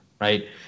right